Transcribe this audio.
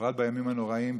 בפרט בימים הנוראים,